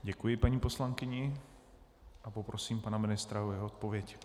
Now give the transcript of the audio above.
Děkuji paní poslankyni a poprosím pana ministra o jeho odpověď.